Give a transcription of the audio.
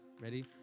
Ready